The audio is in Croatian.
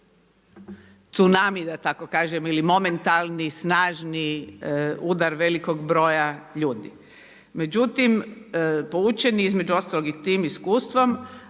tsunami da tako kažem ili momentalni snažni udar velikog broja ljudi. Međutim, poučeni između ostalog i tim iskustvom,